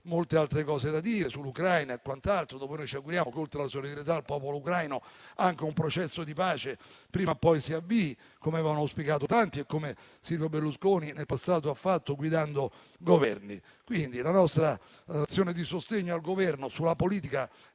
molte altre cose da dire sull'Ucraina e quant'altro; dopodiché ci auguriamo che, oltre la solidarietà al popolo ucraino, si avvii prima o poi anche un processo di pace, come avevano auspicato tanti e come Silvio Berlusconi nel passato ha fatto guidando Governi. La nostra azione di sostegno al Governo sulla politica